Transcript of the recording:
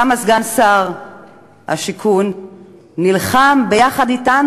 כמה סגן שר הבינוי והשיכון נלחם ביחד אתנו,